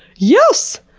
yes!